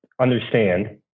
understand